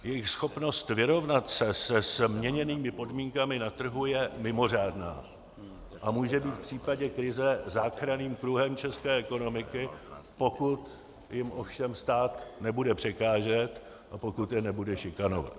Jejich schopnost vyrovnat se se změněnými podmínkami na trhu je mimořádná a může být v případě krize záchranným kruhem české ekonomiky, pokud jim ovšem stát nebude překážet a pokud je nebude šikanovat.